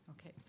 Okay